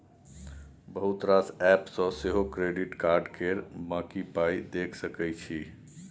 बहुत रास एप्प सँ सेहो क्रेडिट कार्ड केर बाँकी पाइ देखि सकै छी